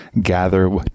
gather